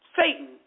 Satan